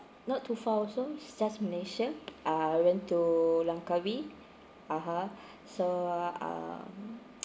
not too far also is just malaysia ah we went to langkawi (uh huh) so um